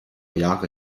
jahre